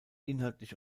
inhaltlich